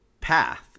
path